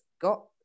got